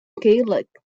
gaelic